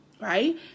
right